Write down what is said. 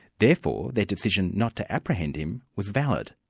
therefore their decision not to apprehend him was valid.